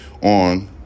on